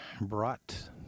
brought